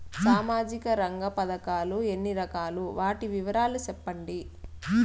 సామాజిక రంగ పథకాలు ఎన్ని రకాలు? వాటి వివరాలు సెప్పండి